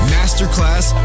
Masterclass